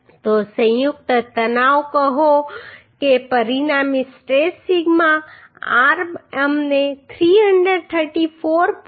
તો સંયુક્ત તણાવ કહો પરિણામી સ્ટ્રેસ સિગ્મા આર અમને 334